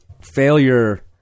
failure